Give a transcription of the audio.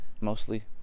mostly